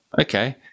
okay